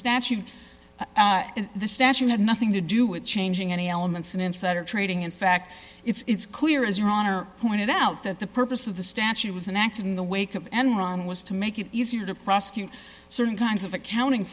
and the statute had nothing to do with changing any elements in insider trading in fact it's clear as your honor pointed out that the purpose of the statute was an act in the wake of enron was to make it easier to prosecute certain kinds of accounting